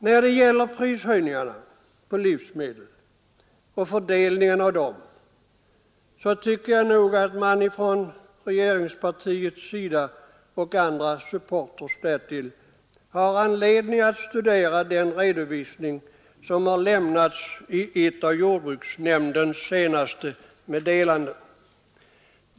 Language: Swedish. När det gäller prishöjningarna på livsmedel och fördelningen av dem tycker jag att regeringspartiet och dess supportrar har anledning att studera den redovisning som har lämnats i ett av jordbruksnämndens senaste meddelanden.